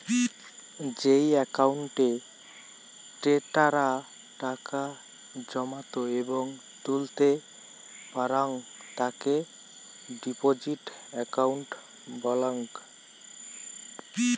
যেই একাউন্টে ক্রেতারা টাকা জমাত এবং তুলতে পারাং তাকে ডিপোজিট একাউন্ট বলাঙ্গ